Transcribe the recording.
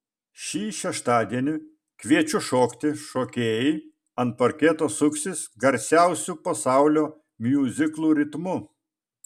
šį šeštadienį kviečiu šokti šokėjai ant parketo suksis garsiausių pasaulio miuziklų ritmu